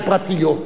זה הכול.